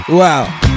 Wow